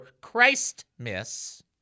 Christmas